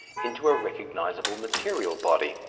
into a recognizable material body.